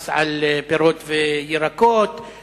מס על פירות וירקות,